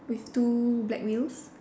with two black wheels